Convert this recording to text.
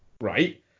right